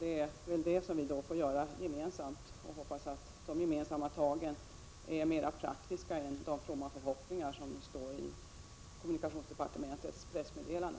Det är detta arbete vi får göra gemensamt, och jag hoppas att de gemensamma tagen är mer praktiska än de fromma förhoppningar som står att läsa i kommunikationsdepartementets pressmeddelande.